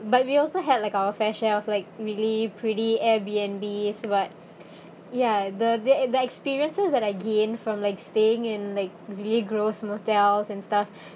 but we also had like our fair share of like really pretty Airbnbs [what] ya the the ex~ the experiences that I gained from like staying in like really gross motels and stuff